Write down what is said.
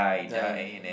die